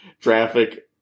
Traffic